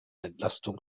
entlastung